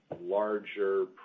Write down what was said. larger